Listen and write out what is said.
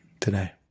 today